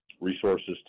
resources